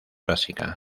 básica